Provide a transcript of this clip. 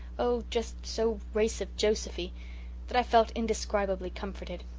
oh, just so race-of-josephy that i felt indescribably comforted.